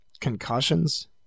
concussions